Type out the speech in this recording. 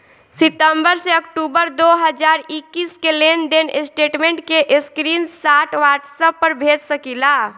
सितंबर से अक्टूबर दो हज़ार इक्कीस के लेनदेन स्टेटमेंट के स्क्रीनशाट व्हाट्सएप पर भेज सकीला?